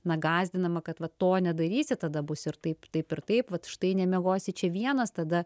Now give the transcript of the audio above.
na gąsdinama kad va to nedarysi tada bus ir taip taip ir taip vat štai nemiegosi čia vienas tada